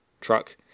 truck